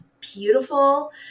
beautiful